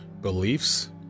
beliefs